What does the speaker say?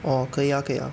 orh 可以 ah 可以 ah